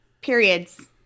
Periods